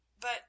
But